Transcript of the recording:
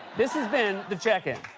this has been the check in.